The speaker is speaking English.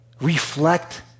reflect